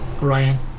Ryan